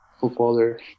footballer